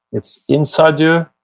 it's inside you,